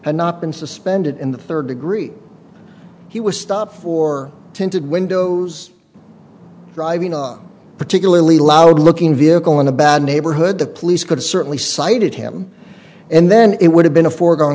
had not been suspended in the third degree he was stopped for tinted windows driving up particularly loud looking vehicle in a bad neighborhood the police could certainly sighted him and then it would have been a foregone